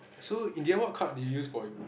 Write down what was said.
so in the end what card did you use for Europe